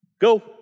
Go